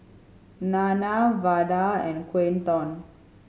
Nana Vada and Quinton